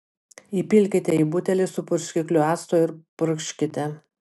įpilkite į butelį su purškikliu acto ir purkškite